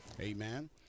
Amen